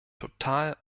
total